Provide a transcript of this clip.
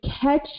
catch